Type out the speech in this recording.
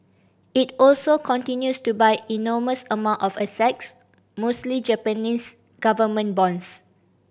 it also continues to buy enormous amount of assets mostly Japanese government bonds